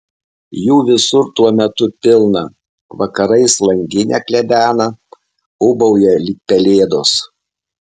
jų visur tuo metu pilna vakarais langinę klebena ūbauja lyg pelėdos